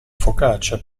focaccia